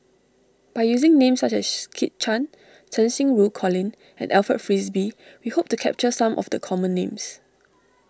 by using names such as Kit Chan Cheng Xinru Colin and Alfred Frisby we hope to capture some of the common names